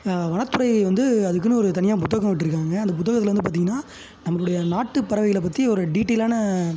வனத்துறை வந்து அதுக்குன்னு ஒரு தனியாக புத்தகம் விட்டிருக்காங்க அந்த புத்தகத்தில் வந்து பார்த்தீங்கன்னா நம்பளுடைய நாட்டுப் பறவைகளை பற்றி ஒரு டீட்டெய்லான